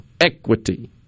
Equity